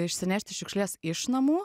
išsinešti šiukšles iš namų